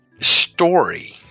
story